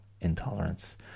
intolerance